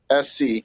SC